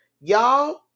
Y'all